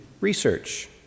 research